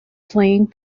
playing